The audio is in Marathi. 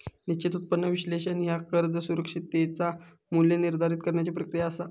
निश्चित उत्पन्न विश्लेषण ह्या कर्ज सुरक्षिततेचा मू्ल्य निर्धारित करण्याची प्रक्रिया असा